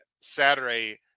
Saturday